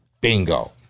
bingo